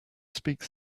speak